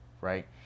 right